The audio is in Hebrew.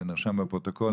זה נרשם בפרוטוקול.